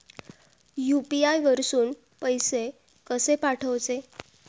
UPI वरसून पैसे कसे पाठवचे?